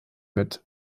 mit